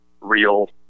real